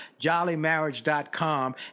jollymarriage.com